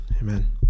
Amen